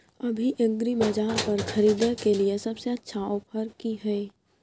अभी एग्रीबाजार पर खरीदय के लिये सबसे अच्छा ऑफर की हय?